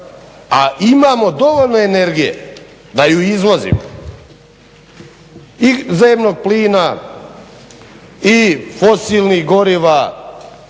a imamo dovoljno energije da je i izvozimo. I zemnog plina i fosilnih goriva